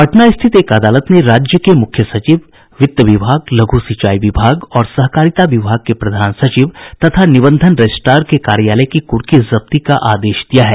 पटना स्थित एक अदालत ने राज्य के मुख्य सचिव वित्त विभाग लघ्र सिंचाई विभाग और सहकारिता विभाग के प्रधान सचिव तथा निबंधन रजिस्ट्रार के कार्यालय की कुर्की जब्ती का आदेश दिया है